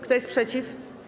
Kto jest przeciw?